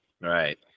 Right